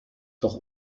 doch